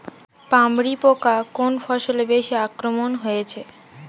পামরি পোকা কোন ফসলে বেশি আক্রমণ হয়েছে?